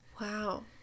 Wow